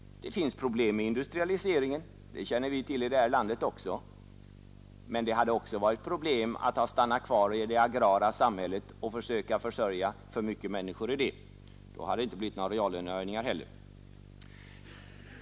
Industrialisering är förknippad med problem. Det känner vi till i vårt land också. Men det hade å andra sidan även inneburit problem att bli kvar i det agrara samhället och söka försörja för många människor i det. Då hade det inte blivit några reallönehöjningar heller.